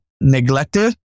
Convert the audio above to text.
neglected